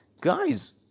Guys